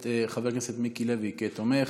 את חבר הכנסת מיקי לוי כתומך,